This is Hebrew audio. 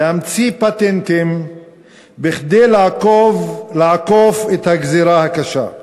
להמציא פטנטים כדי לעקוף את הגזירה הקשה.